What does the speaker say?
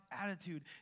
attitude